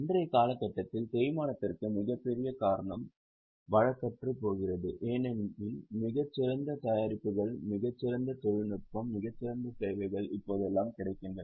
இன்றைய காலகட்டத்தில் தேய்மானத்திற்கு மிகப்பெரிய காரணம் வழக்கற்றுப்போகிறது ஏனெனில் மிகச் சிறந்த தயாரிப்புகள் மிகச் சிறந்த தொழில்நுட்பம் மிகச் சிறந்த சேவைகள் இப்போதெல்லாம் கிடைக்கின்றன